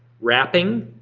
wrapping,